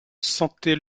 sentait